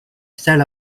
set